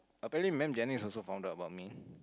apparently ma'am Jenny also found out about me